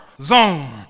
zone